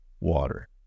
water